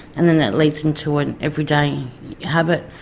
and then that leads into an everyday habit.